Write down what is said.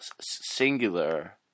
singular